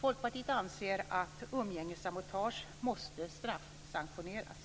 Folkpartiet anser att umgängessabotage måste straffsanktioneras.